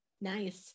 Nice